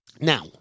Now